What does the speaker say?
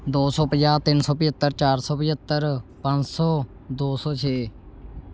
ਦੋ ਸੌ ਪੰਜਾਹ ਤਿੰਨ ਸੌ ਪੰਝੱਤਰ ਚਾਰ ਸੌ ਪੰਝੱਤਰ ਪੰਜ ਸੌ ਦੋ ਸੌ ਛੇ